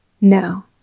No